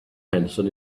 henderson